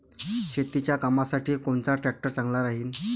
शेतीच्या कामासाठी कोनचा ट्रॅक्टर चांगला राहीन?